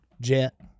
Jet